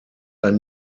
ein